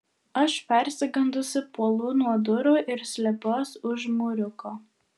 aš persigandusi puolu nuo durų ir slepiuos už mūriuko